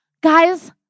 Guys